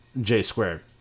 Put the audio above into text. J-squared